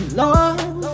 love